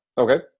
Okay